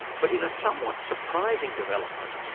but in a somewhat surprising development,